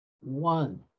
one